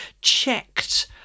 checked